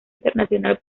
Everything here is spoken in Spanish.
internacional